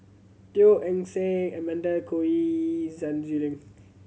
Teo Eng Seng Amanda Koe Lee Sun Xueling